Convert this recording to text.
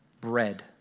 bread